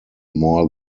more